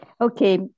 Okay